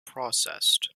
processed